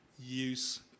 use